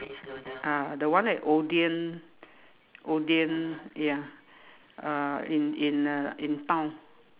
ah the one at Odean Odean ya uh in in uh in town